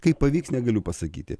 kaip pavyks negaliu pasakyti